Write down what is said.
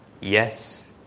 Yes